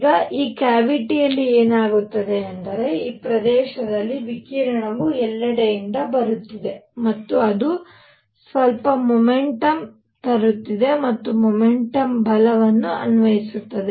ಈಗ ಈ ಕ್ಯಾವಿಟಿಯಲ್ಲಿ ಏನಾಗುತ್ತಿದೆ ಎಂದರೆ ಈ ಪ್ರದೇಶದಲ್ಲಿ ವಿಕಿರಣವು ಎಲ್ಲೆಡೆಯಿಂದ ಬರುತ್ತಿದೆ ಮತ್ತು ಅದು ಸ್ವಲ್ಪ ಮೊಮೆಂಟಮ್ ತರುತ್ತಿದೆ ಮತ್ತು ಮೊಮೆಂಟಮ್ ಬಲವನ್ನು ಅನ್ವಯಿಸುತ್ತದೆ